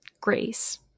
grace